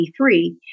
1983